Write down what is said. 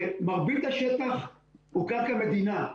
ומרבית שטח הוא קרקע מדינה.